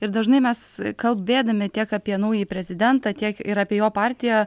ir dažnai mes kalbėdami tiek apie naująjį prezidentą tiek ir apie jo partiją